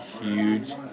huge